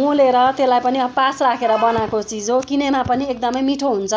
मोलेर त्यसलाई पनि अब पास राखेर बनाएको चिज हो किनेमा पनि एकदमै मिठो हुन्छ